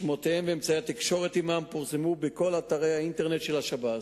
שמותיהם ואמצעי התקשורת עמם פורסמו בכל אתרי האינטרנט של השב"ס.